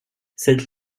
cette